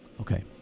okay